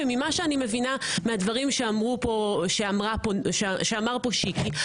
וממה שאני מבינה מהדברים שאמר פה שיקי,